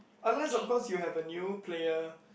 unless of course you have a new player